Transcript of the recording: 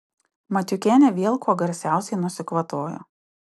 matiukienė vėl kuo garsiausiai nusikvatojo